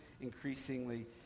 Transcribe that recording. increasingly